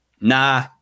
Nah